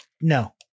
No